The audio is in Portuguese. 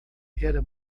era